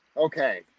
Okay